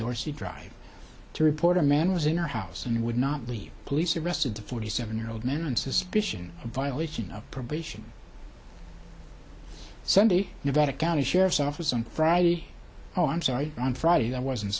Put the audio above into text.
dorsey drive to report a man was in her house and would not leave police arrested the forty seven year old man on suspicion of violation of probation sunday nevada county sheriff's office on friday oh i'm sorry on friday that wasn't